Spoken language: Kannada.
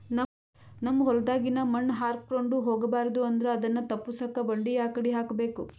ನಮ್ ಹೊಲದಾಗಿನ ಮಣ್ ಹಾರ್ಕೊಂಡು ಹೋಗಬಾರದು ಅಂದ್ರ ಅದನ್ನ ತಪ್ಪುಸಕ್ಕ ಬಂಡಿ ಯಾಕಡಿ ಹಾಕಬೇಕು?